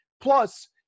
plus –